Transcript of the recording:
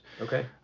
Okay